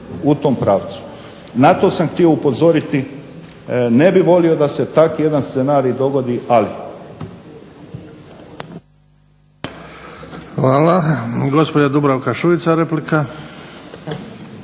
Hvala. Gospođa Dubravka Šuica, replika.